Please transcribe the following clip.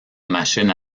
machines